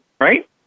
right